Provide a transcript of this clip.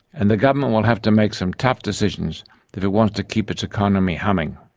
and the government will have to make some tough decisions if it wants to keep its economy humming.